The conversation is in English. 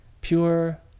Pure